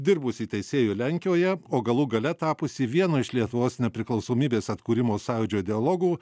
dirbusi teisėju lenkijoje o galų gale tapusi vienu iš lietuvos nepriklausomybės atkūrimo sąjūdžio ideologų